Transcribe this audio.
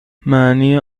معنی